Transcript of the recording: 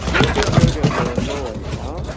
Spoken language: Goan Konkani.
घेवून यो घेवून यो नो वरी आं